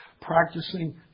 practicing